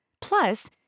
Plus